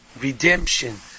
redemption